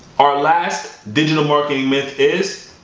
our last digital marketing myth is